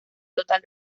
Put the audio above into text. total